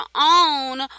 own